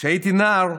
כשהייתי נער,